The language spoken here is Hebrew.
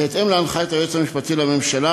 בהתאם להנחיות היועץ המשפטי לממשלה